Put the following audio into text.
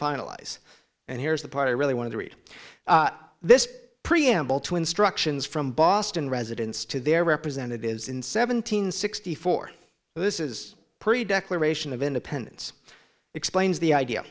finalize and here's the part i really want to read this preamble to instructions from boston residents to their representatives in seven hundred sixty four this is pretty declaration of independence explains the idea